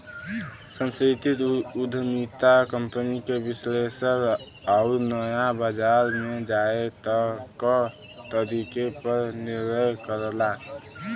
सांस्कृतिक उद्यमिता कंपनी के विश्लेषण आउर नया बाजार में जाये क तरीके पर निर्णय करला